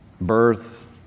birth